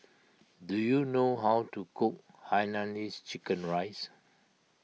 do you know how to cook Hainanese Chicken Rice